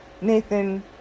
Nathan